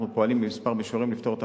אנחנו פועלים בכמה מישורים לפתור את